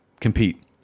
compete